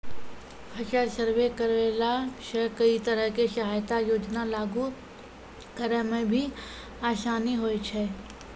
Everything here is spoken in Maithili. फसल सर्वे करैला सॅ कई तरह के सहायता योजना लागू करै म भी आसानी होय छै